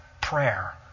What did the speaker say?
prayer